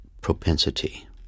propensity